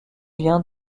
vient